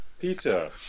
Peter